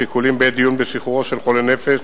שיקולים בעת דיון בשחרורו של חולה נפש